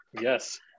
Yes